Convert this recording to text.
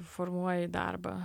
formuoji darbą